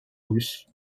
russes